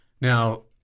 Now